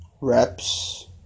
reps